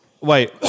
Wait